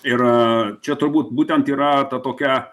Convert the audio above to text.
ir čia turbūt būtent yra ta tokia